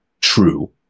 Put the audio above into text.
true